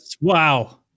Wow